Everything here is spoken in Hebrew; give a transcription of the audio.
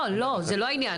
זה לא העניין.